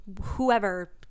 whoever